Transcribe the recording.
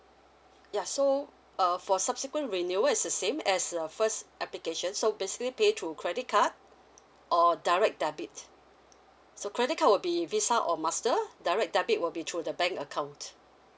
ya so uh for subsequent renewal is the same as err first application so basically pay through credit card or direct debit so credit card will be visa or master direct debit will be through the bank account